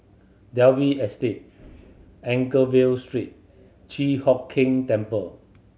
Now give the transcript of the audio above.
Dalvey Estate Anchorvale Street Chi Hock Keng Temple